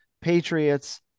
Patriots